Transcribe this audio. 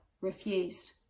refused